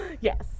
Yes